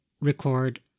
record